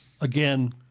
again